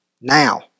now